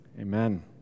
Amen